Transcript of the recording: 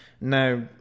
Now